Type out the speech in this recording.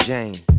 Jane